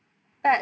but